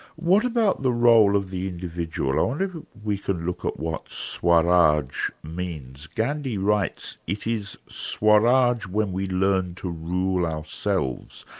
what about the role of the individual? i wonder if we can look at what swaraj means. gandhi writes it is swaraj when we learn to rule ourselves,